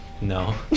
No